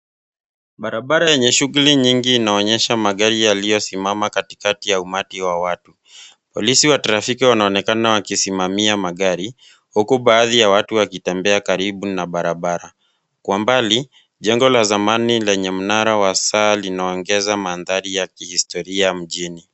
Barabara yenye shughuli nyingi inaonyesha magari yaliyosimama katikati ya umati wa watu . Polisi wa trafiki wanaonekana wakisimamia magari, huku baadhi ya watu wakitembea karibu na barabara. Kwa mbali, jengo la zamani lenye mnara wa saa linaongeza mandhari ya kihistoria mjini.